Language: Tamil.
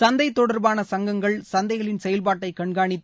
சந்தை தொடர்பான சங்கங்கள் சந்தைகளின் செயல்பாட்டை கண்காணித்து